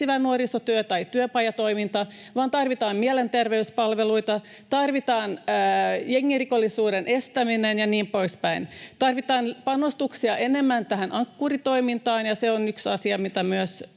nuorisotyötä tai työpajatoimintaa, vaan tarvitaan mielenterveyspalveluita, tarvitaan jengirikollisuuden estämistä ja niin poispäin, tarvitaan panostuksia enemmän tähän Ankkuri-toimintaan, ja se on yksi asia, mitä myös